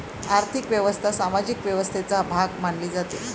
आर्थिक व्यवस्था सामाजिक व्यवस्थेचा भाग मानली जाते